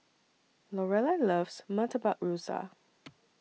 Lorelai loves Murtabak Rusa